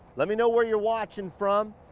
let me know where you're watching from.